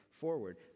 forward